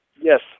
Yes